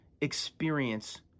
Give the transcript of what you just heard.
experience